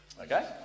Okay